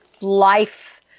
life